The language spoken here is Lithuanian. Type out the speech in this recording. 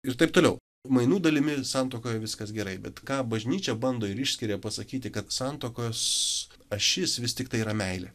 ir taip toliau mainų dalimi santuokoje viskas gerai bet ką bažnyčia bando ir išskiria pasakyti kad santuokos ašis vis tiktai yra meilė